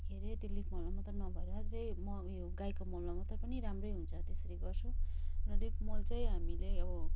के अरे त्यो लिफ मलमा मात्रै नभएर चाहिँ म ऊ यो गाईको मलमा मात्रै पनि राम्रो हुन्छ त्यसरी गर्छु र लिफ मल चाहिँ हामीले अब